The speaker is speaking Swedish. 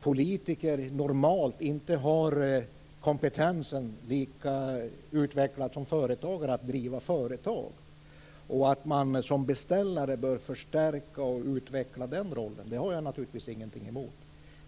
politiker normalt inte har samma kompetens som företagare att driva företag. Att man som beställare bör förstärka och utveckla den rollen har jag naturligtvis ingenting emot.